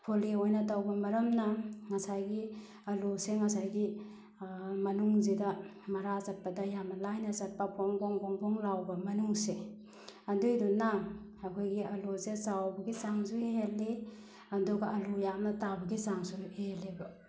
ꯐꯣꯜꯂꯤ ꯑꯣꯏꯅ ꯇꯧꯕ ꯃꯔꯝꯅ ꯉꯁꯥꯏꯒꯤ ꯑꯜꯂꯨꯁꯦ ꯉꯁꯥꯏꯒꯤ ꯃꯅꯨꯡꯁꯤꯗ ꯃꯔꯥ ꯆꯠꯄꯗ ꯌꯥꯝꯅ ꯂꯥꯏꯅ ꯆꯠꯄ ꯐꯣꯡ ꯐꯣꯡ ꯐꯣꯡ ꯐꯣꯡ ꯂꯥꯎꯕ ꯃꯅꯨꯡꯁꯦ ꯑꯗꯨꯏꯗꯨꯅ ꯑꯩꯈꯣꯏꯒꯤ ꯑꯜꯂꯨꯁꯦ ꯆꯥꯎꯕꯒꯤ ꯆꯥꯡꯁꯨ ꯍꯦꯜꯂꯤ ꯑꯗꯨꯒ ꯑꯜꯂꯨ ꯌꯥꯝꯅ ꯇꯥꯕꯒꯤ ꯆꯥꯡꯁꯨ ꯍꯦꯜꯂꯦꯕ